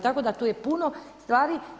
Tako da tu je puno stvari.